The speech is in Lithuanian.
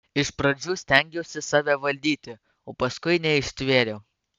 iš pradžių stengiausi save valdyti o paskui neištvėriau